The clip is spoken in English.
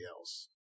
else